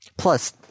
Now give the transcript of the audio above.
Plus